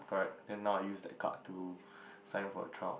correct then now I use that card to sign up for a trial